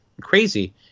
crazy